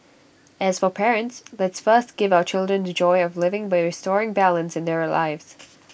as for parents let's first give our children the joy of living by restoring balance in their lives